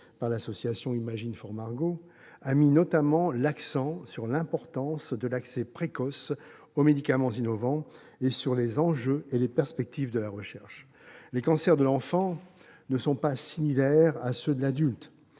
par l'association a mis notamment l'accent sur l'importance de l'accès précoce aux médicaments innovants et sur les enjeux et les perspectives de la recherche. Les cancers de l'enfant ne sont pas similaires à ceux de l'adulte.